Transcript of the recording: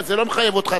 זה לא מחייב אותך.